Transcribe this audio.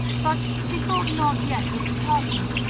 but she thought not yet of departing,